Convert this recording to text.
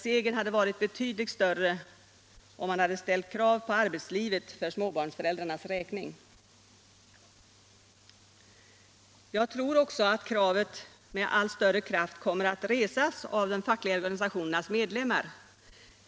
Segern hade varit större om man hade ställt krav på arbetslivet för småbarnsföräldrarnas räkning. Jag tror också att det kravet med allt större kraft kommer att resas av de fackliga organisationernas medlemmar.